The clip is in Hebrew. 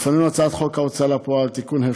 לפנינו הצעת חוק ההוצאה לפועל (תיקון,